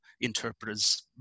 interpreters